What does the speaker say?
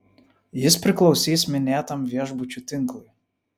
jis priklausys minėtam viešbučių tinklui